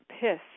piss